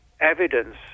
Evidence